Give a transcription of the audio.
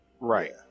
right